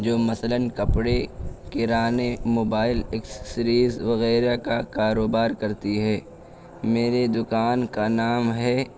جو مثلاً کپڑے کرانے موبائل ایکسیسریز وغیرہ کا کاروبار کرتی ہے میری دکان کا نام ہے